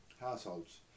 households